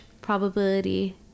probability